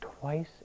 twice